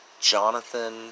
Jonathan